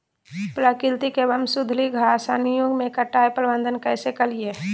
प्राकृतिक एवं सुधरी घासनियों में कटाई प्रबन्ध कैसे करीये?